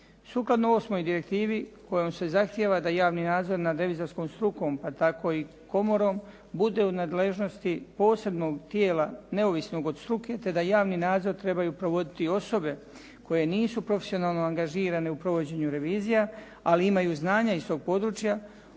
Sukladno 8. direktivi kojom se zahtjeva da javni nadzor nad revizorskom strukom, pa tako i komorom bude u nadležnosti posebnog tijela neovisnog od struke te da javni nadzor trebaju provoditi osobe koje nisu profesionalno angažirane u provođenju revizija, ali imaju znanja iz tog područja